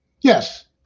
Yes